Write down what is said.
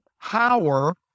power